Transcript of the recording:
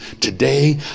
Today